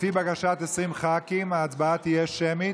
לפי בקשת 20 חברי כנסת ההצבעה תהיה שמית.